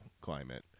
climate